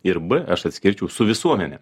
ir b aš atskirčiau su visuomene